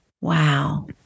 Wow